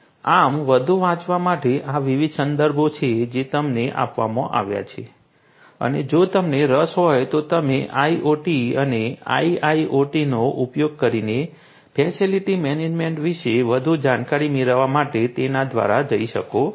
આમ વધુ વાંચવા માટે આ વિવિધ સંદર્ભો છે જે તમને આપવામાં આવ્યા છે અને જો તમને રસ હોય તો તમે IoT અને IIoT નો ઉપયોગ કરીને ફેસિલિટી મેનેજમેન્ટ વિશે વધુ જાણકારી મેળવવા માટે તેમના દ્વારા જઈ શકો છો